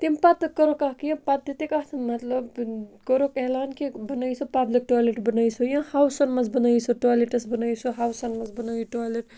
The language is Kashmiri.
تمہِ پَتہٕ کوٚرُکھ اکھ یہِ پَتہٕ دِتِکھ اَتھ مطلب کوٚرُکھ اعلان کہِ بَنٲیِو سُہ پَبلِک ٹویلیٹ بَنٲیِو سُہ یا ہاوسَن منٛز بَنٲیِو سُہ ٹولیٹَس بَنٲیِو سُہ ہاوَسَن منٛز بَنٲیِو ٹویلیٹ